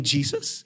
Jesus